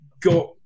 got